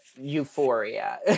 euphoria